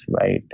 right